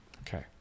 Okay